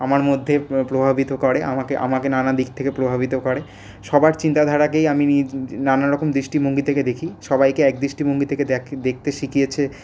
আমার মধ্যে প্রভাবিত করে আমাকে আমাকে নানাদিক থেকে প্রভাবিত করে সবার চিন্তাধারাকেই আমি নানারকম দৃষ্টিভঙ্গি থেকে দেখি সবাইকে এক দৃষ্টিভঙ্গি থেকে দেখতে শিখিয়েছে